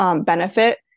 benefit